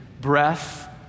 breath